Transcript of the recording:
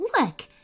Look